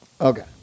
Okay